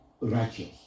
righteous